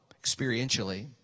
experientially